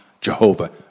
Jehovah